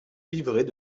livret